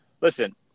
listen